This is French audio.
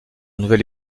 nouvelle